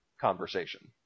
conversation